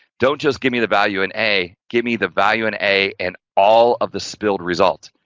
don't just give me the value in a, give me the value in a and all of the spilled results.